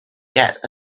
get